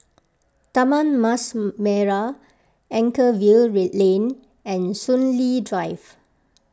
Taman Mas Merah Anchorvale Lane and Soon Lee Drive